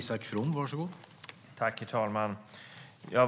Herr talman!